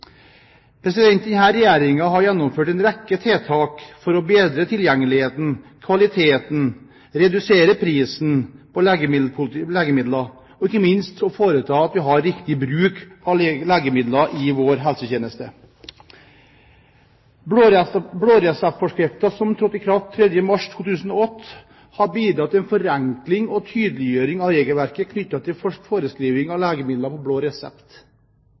har gjennomført en rekke tiltak for å bedre tilgjengeligheten, kvaliteten, redusere prisen på legemidler og ikke minst for å se til at vi har riktig bruk av legemidler i vår helsetjeneste. Blåreseptforskriften som trådte i kraft 3. mars 2008, har bidratt til en forenkling og tydeliggjøring av regelverket knyttet til forskriving av legemidler på blå resept.